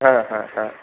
हा हा हा